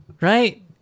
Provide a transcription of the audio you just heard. Right